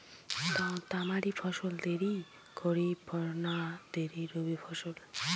তামারি ফসল দেরী খরিফ না দেরী রবি ফসল?